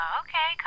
okay